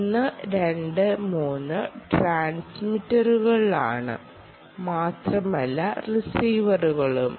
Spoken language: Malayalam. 1 2 3 ട്രാൻസ്മിറ്ററുകളാണ് മാത്രമല്ല റിസീവറുകളും